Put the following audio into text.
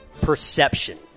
perception